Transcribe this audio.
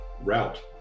route